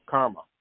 Karma